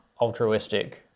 altruistic